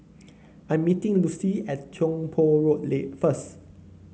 I'm meeting Lucille at Tiong Poh Road Lee first